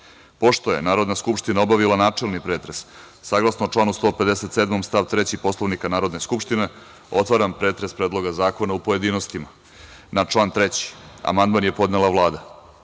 je Narodna skupština obavila načelni pretres, saglasno članu 157. stav 3. Poslovnika Narodne skupštine, otvaram pretres Predloga zakona u pojedinostima. Na član 3. amandman je podnela Vlada. Odbor